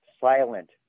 silent